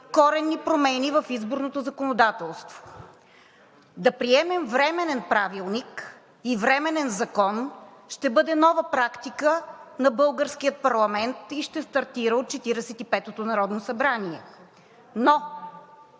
коренни промени в изборното законодателство. Да приемем временен правилник и временен закон ще бъде нова практика на българския парламент и ще стартира от 45-ото народно събрание, но